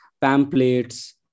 pamphlets